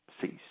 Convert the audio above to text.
ceased